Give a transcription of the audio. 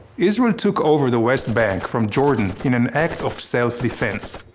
israel took over the west bank from jordan in an act of self-defense,